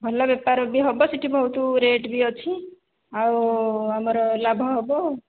ଭଲ ବେପାର ବି ହେବ ସେଠି ବହୁତ ରେଟ୍ ବି ଅଛି ଆଉ ଆମର ଲାଭ ହେବ